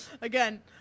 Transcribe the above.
Again